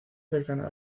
cercana